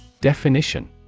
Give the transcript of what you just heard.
Definition